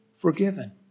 forgiven